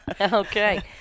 Okay